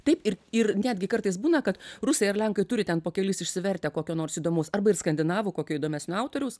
taip ir ir netgi kartais būna kad rusai ar lenkai turi ten po kelis išsivertę kokio nors įdomus arba ir skandinavų kokio įdomesnio autoriaus